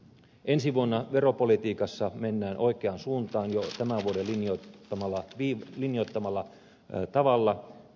ensi vuonna veropolitiikassa mennään oikeaan suuntaan jo tämän vuoden linjoittamalla tavalla